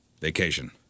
Vacation